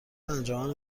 انجمن